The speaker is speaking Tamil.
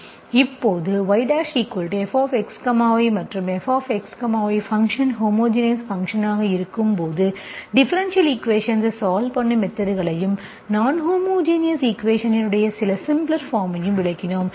எப்போது yfxy மற்றும் fxy ஃபங்சன் ஹோமோஜினஸ் ஃபங்சன் ஆக இருக்கும்போது டிஃபரென்ஷியல் ஈக்குவேஷன்ஸ் சால்வ் பண்ணும் மெத்தட்களையும் நான்ஹோமோஜினஸ் ஈக்குவேஷன்ஸ் இன் சில சிம்ப்ளர் பார்மையும் விளக்கினோம்